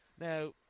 Now